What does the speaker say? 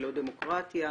לא דמוקרטיה,